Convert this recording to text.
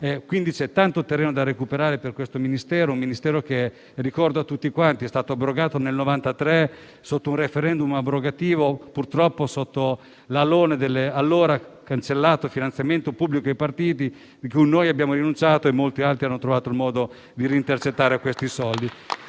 quindi tanto terreno da recuperare per questo Ministero, che - lo ricordo a tutti - è stato abrogato nel 1993 in seguito a un *referendum* abrogativo, purtroppo sotto l'alone del cancellato finanziamento pubblico ai partiti, cui noi abbiamo rinunciato, mentre molti altri hanno trovato il modo di reintercettare quei soldi.